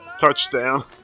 Touchdown